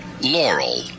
Laurel